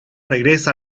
regresa